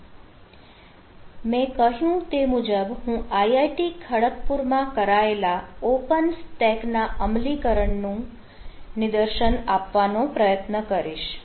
આગળ મેં કહ્યું તે મુજબ હું IIT Kharagpur માં કરાયેલા ઓપન સ્ટેકના અમલીકરણનું નિદર્શન આપવાનો પ્રયત્ન કરીશ